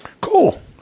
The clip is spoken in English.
Cool